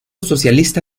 socialista